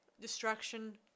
destruction